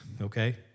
okay